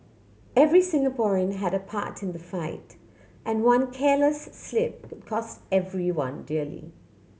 every Singaporean had a part in the fight and one careless slip could cost everyone dearly